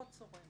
פחות צורם.